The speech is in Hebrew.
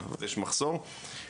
באופן אישי